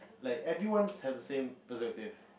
like everyone have the same perspective